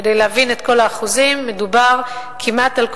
כדי להבין את כל האחוזים: מדובר על כל